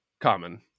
common